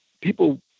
People